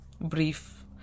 brief